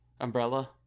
Umbrella